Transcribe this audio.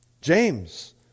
James